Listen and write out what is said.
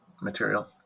material